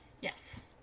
Yes